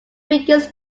begins